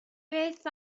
beth